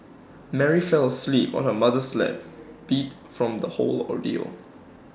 Mary fell asleep on her mother's lap beat from the whole ordeal